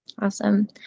Awesome